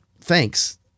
thanks